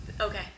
Okay